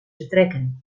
vertrekken